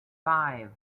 five